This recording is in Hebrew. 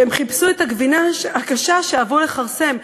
והם חיפשו את הגבינה הקשה שאהבו לכרסם,